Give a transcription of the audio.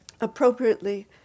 appropriately